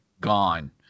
gone